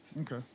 okay